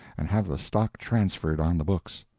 and have the stock transferred on the books.